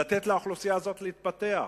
לתת לאוכלוסייה הזאת להתפתח,